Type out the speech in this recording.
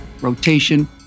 rotation